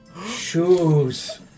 Shoes